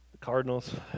Cardinals